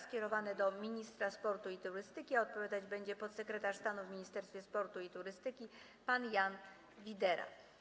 Skierowane jest do ministra sportu i turystyki, a odpowiadać będzie podsekretarz stanu w Ministerstwie Sportu i Turystyki pan Jan Widera.